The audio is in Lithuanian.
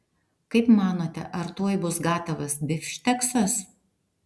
kaip manote ar tuoj bus gatavas bifšteksas